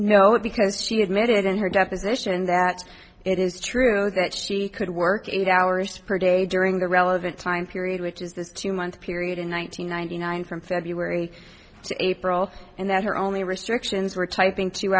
no because she admitted in her deposition that it is true that she could work eight hours per day during the relevant time period which is this two month period in one nine hundred ninety nine from february to april and that her only restrictions were typing two